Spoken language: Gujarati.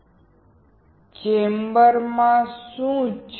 ચાલો આપણે અણુ દ્વારા અણુ ચેમ્બરમાં શું છે